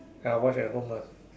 ya watch at home lah